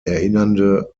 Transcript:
erinnernde